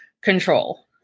control